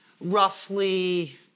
roughly